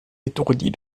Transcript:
étourdis